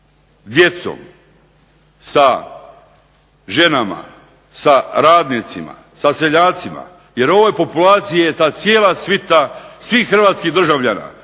djecom, sa ženama, sa radnicima, sa seljacima, jer ovoj populaciji je ta cijela svita svih hrvatskih državljana